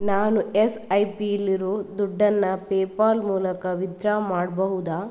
ನಾನು S I P ಲಿರೋ ದುಡ್ಡನ್ನು ಪೇ ಪಾಲ್ ಮೂಲಕ ವಿತ್ಡ್ರಾ ಮಾಡಬಹುದಾ